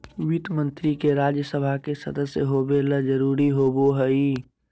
वित्त मंत्री के राज्य सभा के सदस्य होबे ल जरूरी होबो हइ